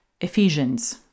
Ephesians